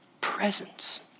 presence